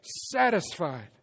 satisfied